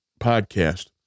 podcast